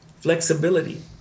flexibility